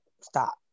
Stop